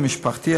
המשפחתי,